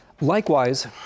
Likewise